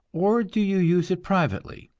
or do you use it privately?